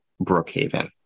Brookhaven